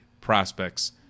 prospects